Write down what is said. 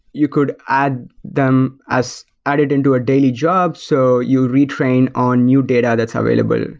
you could add them as added into a daily job. so you retrain on new data that's available.